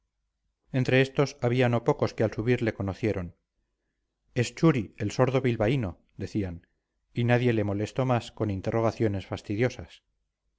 entre estos había no pocos que al subir le conocieron es churi el sordo bilbaíno decían y nadie le molestó más con interrogaciones fastidiosas